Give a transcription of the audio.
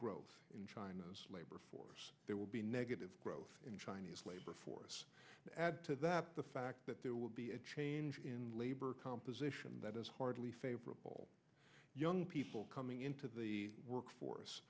growth in china's labor force there will be negative growth in chinese labor force add to that the fact that there will be a change in labor composition that is hardly favorable young people coming into the workforce